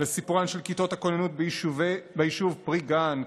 לסיפורן של כיתות הכוננות ביישובים פרי גן,